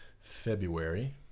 February